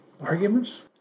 Arguments